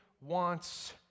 wants